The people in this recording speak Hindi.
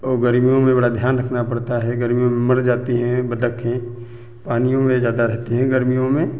और गर्मियों में बड़ा ध्यान रखना पड़ता है गर्मियों में मर जाती हैं बतखें पानियों में ज़्यादा रहती हैं गर्मियों में